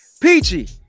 Peachy